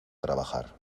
trabajar